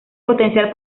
potencial